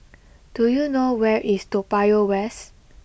do you know where is Toa Payoh West